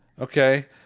Okay